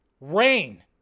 Rain